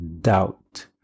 doubt